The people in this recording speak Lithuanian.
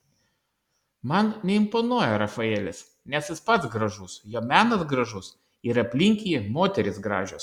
man neimponuoja rafaelis nes jis pats gražus jo menas gražus ir aplink jį moterys gražios